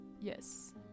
Yes